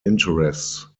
interests